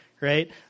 right